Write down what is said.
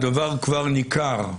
שהדבר כבר ניכר.